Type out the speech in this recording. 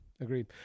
Agreed